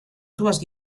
dues